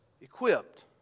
equipped